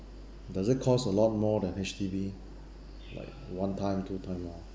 does it cost a lot more than H_D_B like one time two time more